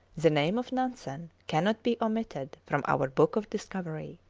the name of nansen cannot be omitted from our book of discovery.